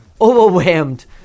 overwhelmed